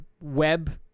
web